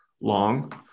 long